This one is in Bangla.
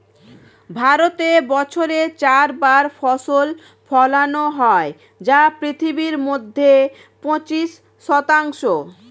ভারতে বছরে চার বার ফসল ফলানো হয় যা পৃথিবীর মধ্যে পঁচিশ শতাংশ